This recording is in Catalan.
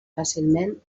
fàcilment